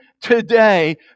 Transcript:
today